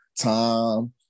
time